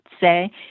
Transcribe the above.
say